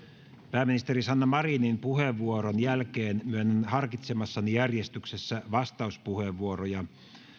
pääministeri sanna marinin puheenvuoron jälkeen myönnän harkitsemassani järjestyksessä vastauspuheenvuoroja